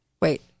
wait